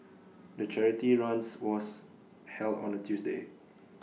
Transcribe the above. the charity runs was held on A Tuesday